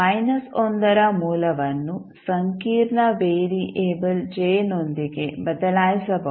1 ರ ಮೂಲವನ್ನು ಸಂಕೀರ್ಣ ವೇರಿಯಬಲ್ j ನೊಂದಿಗೆ ಬದಲಾಯಿಸಬಹುದು